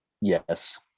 Yes